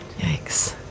Yikes